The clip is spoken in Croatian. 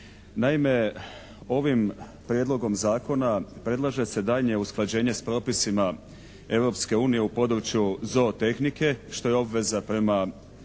Naime, ovim prijedlogom zakona predlaže se daljnje usklađenje s propisima Europske unije u području zoo tehnike, što je obveza prema